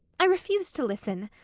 i refuse to listen!